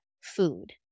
food